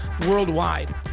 worldwide